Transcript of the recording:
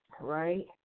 Right